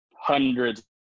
hundreds